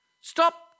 Stop